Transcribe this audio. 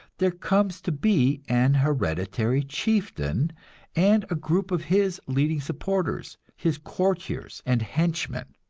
there comes to be an hereditary chieftain and a group of his leading supporters, his courtiers and henchmen.